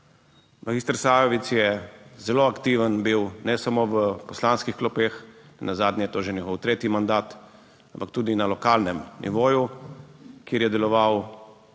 Magister Sajovic je zelo aktiven bil ne samo v poslanskih klopeh, nenazadnje je to že njegov tretji mandat, ampak tudi na lokalnem nivoju, kjer je deloval